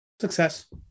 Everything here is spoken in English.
Success